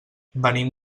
venim